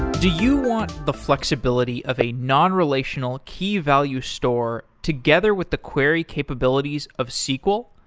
do you want the flexibility of a non-relational, key-value store, together with the query capabilities of sql?